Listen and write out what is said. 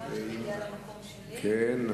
ההצעה להעביר את הנושא לוועדת הפנים והגנת